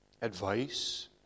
advice